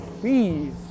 please